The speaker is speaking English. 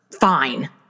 fine